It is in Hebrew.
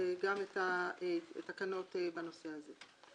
וגם את התקנות בנושא הזה.